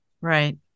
Right